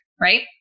right